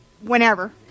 whenever